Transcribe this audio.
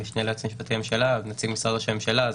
המשנה ליועץ המשפטי לממשלה ונציג משרד ראש הממשלה.